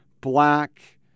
black